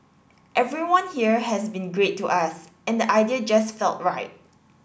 everyone here has been great to us and the idea just felt right